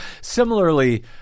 Similarly